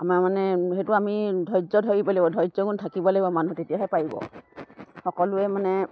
আমাৰ মানে সেইটো আমি ধৈৰ্য ধৰিব লাগিব ধৈৰ্য গুণ থাকিব লাগিব মানুহ তেতিয়াহে পাৰিব সকলোৱে মানে